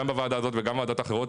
גם בוועדה הזאת וגם בוועדות אחרות,